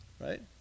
right